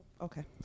Okay